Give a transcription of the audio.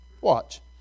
Watch